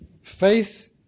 Faith